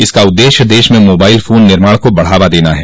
इसका उद्देश्य देश में मोबाइल फोन निर्माण को बढ़ावा देना है